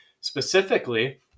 specifically